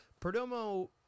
Perdomo